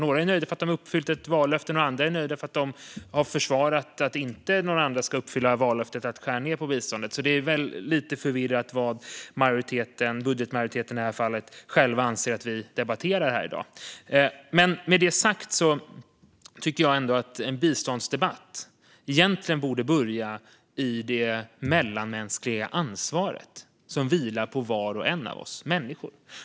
Några är nöjda för att de har uppfyllt ett vallöfte, och några andra är nöjda för att de har försvarat att några andra inte ska uppfylla vallöftet att skära ned på biståndet. Det är lite förvirrat när det gäller vad man inom budgetmajoriteten själva anser att vi debatterar här i dag. Med detta sagt tycker jag ändå att en biståndsdebatt egentligen borde börja i det mellanmänskliga ansvar som vilar på var och en av oss människor.